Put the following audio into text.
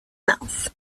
mouth